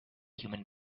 human